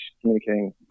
communicating